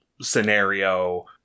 scenario